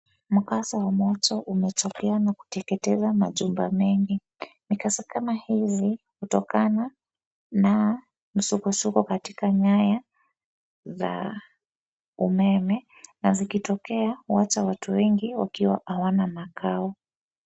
Mkasa wa moto umetokea na kuteketeza majumba mengi. Mikasa kama hizi utokana na msukosuko katika nyaya za umeme na zikitokea uacha watu wengi wakiwa hawana makao.